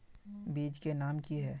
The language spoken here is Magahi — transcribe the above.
बीज के नाम की है?